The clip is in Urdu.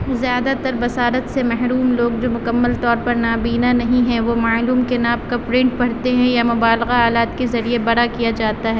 زیادہ تر بصارت سے محروم لوگ جو مکمل طور پر نابینا نہیں ہیں وہ معلوم کے ناپ کا پرنٹ پڑھتے ہیں یا مبالغہ آلات کے ذریعے بڑا کیا جاتا ہے